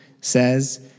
says